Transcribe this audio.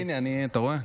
הינה, אתה רואה?